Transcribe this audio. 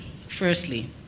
firstly